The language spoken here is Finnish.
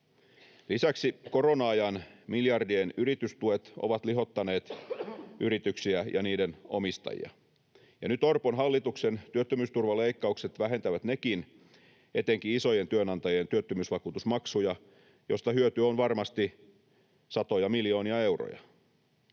Lisäksi korona-ajan miljardien yritystuet ovat lihottaneet yrityksiä ja niiden omistajia, ja nyt Orpon hallituksen työttömyysturvaleikkaukset vähentävät nekin etenkin isojen työnantajien työttömyysvakuutusmaksuja, mistä hyöty on varmasti satoja miljoonia euroja.